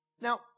Now